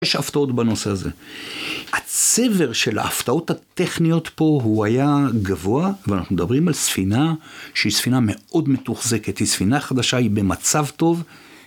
יש הפתעות בנושא הזה, הצבר של ההפתעות הטכניות פה הוא היה גבוה, ואנחנו מדברים על ספינה שהיא ספינה מאוד מתוחזקת, היא ספינה חדשה, היא במצב טוב.